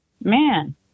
man